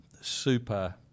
super